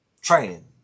training